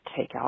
takeout